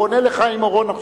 הוא עונה לחיים אורון עכשיו.